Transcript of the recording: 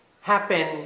happen